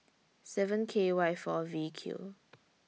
seven K Y four V Q